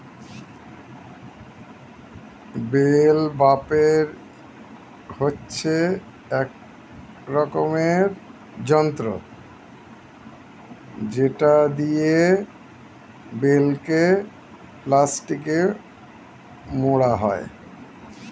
bell বাপের হচ্ছে এক রকমের যন্ত্র যেটা দিয়ে বেলকে প্লাস্টিকে মোড়া হয়